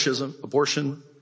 abortion